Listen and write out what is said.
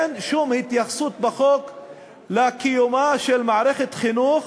אין שום התייחסות בחוק לקיומה של מערכת חינוך